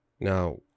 Now